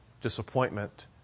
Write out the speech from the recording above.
disappointment